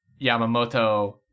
Yamamoto